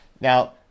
Now